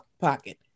pocket